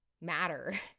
matter